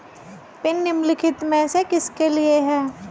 Pin निम्नलिखित में से किसके लिए है?